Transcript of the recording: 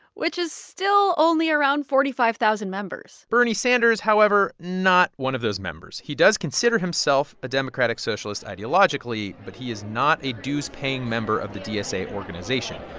which is still only around forty five thousand members bernie sanders, however, not one of those members. he does consider himself a democratic socialist ideologically, but he is not a dues-paying member of the dsa organization.